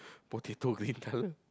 potato green color